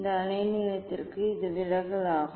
இந்த அலைநீளத்திற்கு இது விலகல் ஆகும்